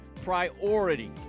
priority